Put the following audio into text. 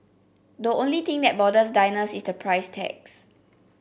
the only thing that bothers diners is the price tags